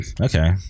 Okay